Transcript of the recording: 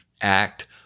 act